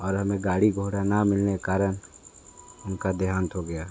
और हमे गाड़ी घोड़ा ना मिलने के कारण उनका देहांत हो गया